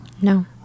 No